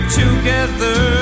together